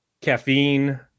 caffeine